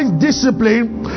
discipline